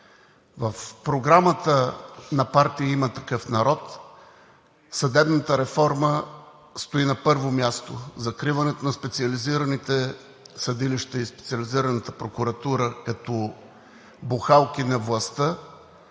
В програмата на партия „Има такъв народ“ съдебната реформа стои на първо място – закриването на специализираните съдилища и Специализираната прокуратура като бухалки на властта